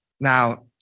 Now